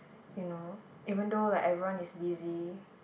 you know even though like everyone is busy